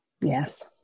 Yes